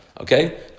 Okay